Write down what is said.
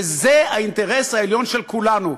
וזה האינטרס העליון של כולנו.